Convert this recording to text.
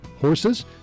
horses